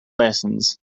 lessons